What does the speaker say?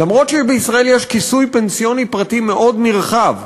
למרות שבישראל יש כיסוי פנסיוני פרטי מאוד נרחב,